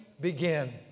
Begin